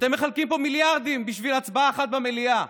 אתם מחלקים פה מיליארדים בשביל הצבעה אחת במליאה.